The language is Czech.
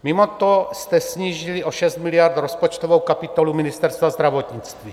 Mimo to jste snížili o 6 miliard rozpočtovou kapitolu Ministerstva zdravotnictví.